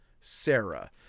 Sarah